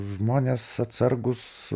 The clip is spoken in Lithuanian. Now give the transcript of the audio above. žmonės atsargūs